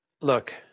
Look